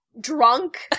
drunk